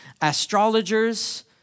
astrologers